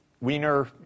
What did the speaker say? Wiener